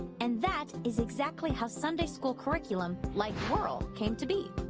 and that is exactly how sunday school curriculum like whirl came to be.